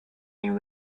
and